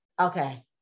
Okay